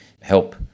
help